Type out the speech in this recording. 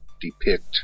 depict